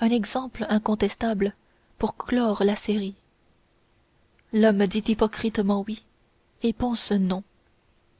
un exemple incontestable pour clore la série l'homme dit hypocritement oui et pense non